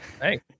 hey